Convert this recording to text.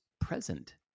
present